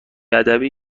ادبی